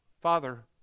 Father